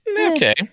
Okay